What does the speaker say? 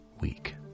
week